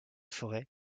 forêt